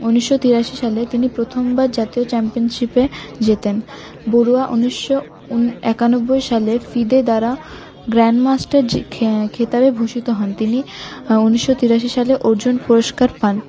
উনিশশো তিরাশি সালে তিনি প্রথমবার জাতীয় চ্যাম্পিয়নশিপে জেতেন বড়ুয়া উনিশশো একানব্বই সালে ফিদে দ্বারা গ্র্যান্ডমাস্টার যে খেতাবে ভূষিত হন তিনি উনিশশো তিরাশি সালে অর্জুন পুরস্কার পান